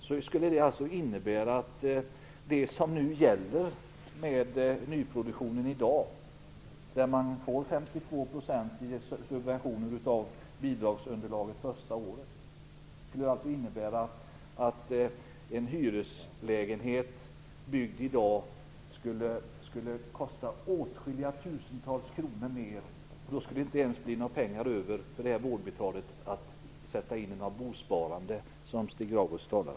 Om man tog bort de regler som gäller för nyproduktionen i dag, att man får 52 % av bidragsunderlaget i subventioner första året, skulle en hyreslägenhet byggd i dag kosta åtskilliga tusentals kronor mer, och då skulle ett vårdbiträde som bor där inte ha några pengar över att sätta in på bosparande, som Stig Grauers föreslår.